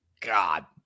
God